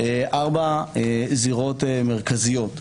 4 זירות מרכזיות.